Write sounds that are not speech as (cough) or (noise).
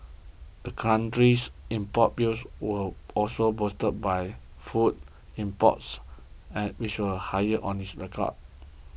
the country's import bill was also boosted by food imports (hesitation) which were the highest on record